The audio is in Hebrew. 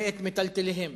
ואת מיטלטליהם